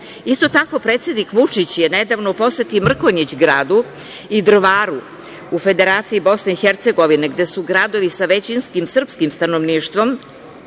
tako predsednik Vučić je nedavno u poseti Mrkonjić Gradu i Drvaru u Federaciji BiH, gde su gradovi sa većinskim srpskim stanovništvom,